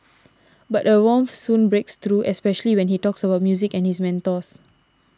but a warmth soon breaks through especially when he talks about music and his mentors